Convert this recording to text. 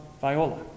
Viola